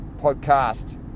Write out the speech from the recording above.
podcast